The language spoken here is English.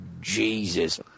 Jesus